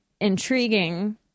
intriguing